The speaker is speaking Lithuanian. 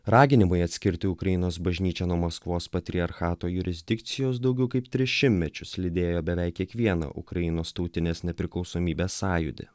raginimai atskirti ukrainos bažnyčią nuo maskvos patriarchato jurisdikcijos daugiau kaip tris šimmečius lydėjo beveik kiekvieną ukrainos tautinės nepriklausomybės sąjūdį